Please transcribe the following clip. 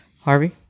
Harvey